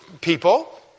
people